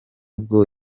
bwo